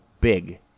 big